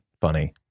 funny